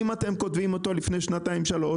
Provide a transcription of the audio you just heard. אם אתם כותבים אותו לפני שנתיים-שלוש,